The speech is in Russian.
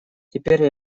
теперь